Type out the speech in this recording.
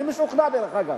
אני משוכנע, דרך אגב,